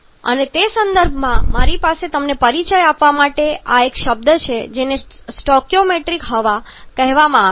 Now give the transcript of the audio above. અને તે સંદર્ભમાં મારી પાસે તમને પરિચય આપવા માટે આ શબ્દ છે જેને સ્ટોઇકિયોમેટ્રિક હવા કહેવામાં આવે છે